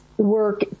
work